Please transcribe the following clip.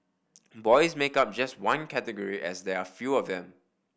boys make up just one category as there are fewer of them